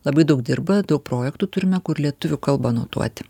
labai daug dirba daug projektų turime kur lietuvių kalba anotuoti